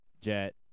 Jet